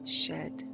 shed